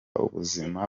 ubuzima